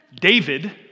David